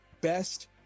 best